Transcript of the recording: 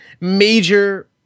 major –